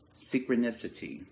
synchronicity